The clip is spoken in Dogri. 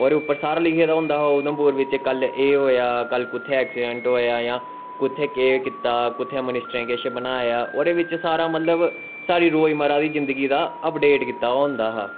और उप्पर सारा लिखे दे होंदा हा उधमपुर बिच्च कल एह् होया जां कुत्थें अक्सिडैंट होया जां कुत्थें केह् कीता कुत्थें मनिसट्रें केह् बनाया ओह्ॅदे बिच्च सारा मतलव साढ़ी रोजमरा दी जिन्दगी हा अपडेट कीता दा होंदा हा